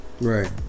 Right